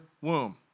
womb